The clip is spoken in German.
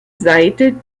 seite